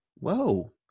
Whoa